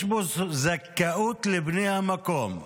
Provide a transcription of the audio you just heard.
יש פה זכאות לבני המקום.